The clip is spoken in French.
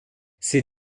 ces